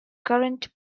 current